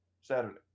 Saturday